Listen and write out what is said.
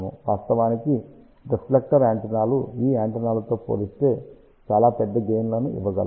వాస్తవానికి రిఫ్లెక్టర్ యాంటెన్నాలు ఈ యాంటెన్నాలతో పోలిస్తే చాలా పెద్ద గెయిన్ లను ఇవ్వగలవు